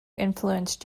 influence